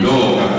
לא,